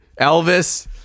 elvis